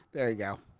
there we go.